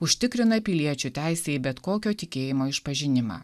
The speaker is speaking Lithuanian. užtikrina piliečių teisę į bet kokio tikėjimo išpažinimą